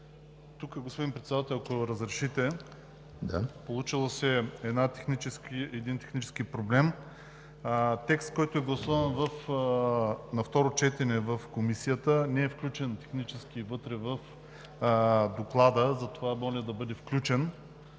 Тук, господин Председател, се е получил един технически проблем. Текст, който е гласуван на второ четене в Комисията, не е включен технически вътре в Доклада, затова моля да бъде включен